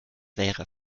wäre